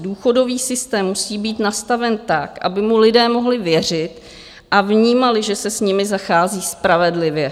Důchodový systém musí být nastaven tak, aby mu lidé mohli věřit a vnímali, že se s nimi zachází spravedlivě.